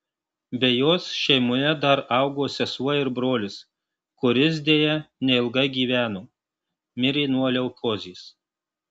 be jos šeimoje dar augo sesuo ir brolis kuris deja neilgai gyveno mirė nuo leukozės